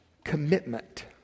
commitment